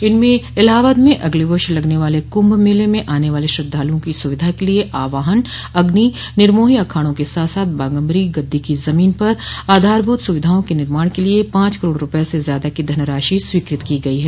इनमें इलाहाबाद में अगले वर्ष लगने वाले कुंभ मेले में आने वाले श्रद्धालुओं की सुविधा के लिए आवाहन अग्नि निर्मोहो अखाड़ों के साथ साथ बाघम्बरी गददी की जमीन पर आधारभूत सुविधाओं के निर्माण के लिए पांच करोड़ रूपये से ज्यादा की धनराशि स्वीकृत की गई है